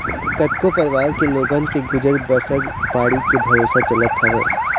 कतको परवार के लोगन के गुजर बसर बाड़ी के भरोसा चलत हवय